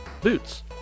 Boots